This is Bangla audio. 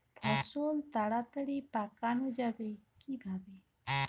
ফসল তাড়াতাড়ি পাকানো যাবে কিভাবে?